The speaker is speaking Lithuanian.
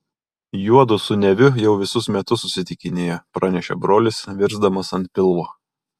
juodu su neviu jau visus metus susitikinėja pranešė brolis virsdamas ant pilvo